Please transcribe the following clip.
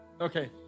Okay